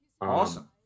Awesome